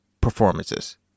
performances